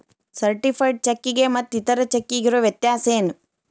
Certified ಚೆಕ್ಕಿಗೆ ಮತ್ತ್ ಇತರೆ ಚೆಕ್ಕಿಗಿರೊ ವ್ಯತ್ಯಸೇನು?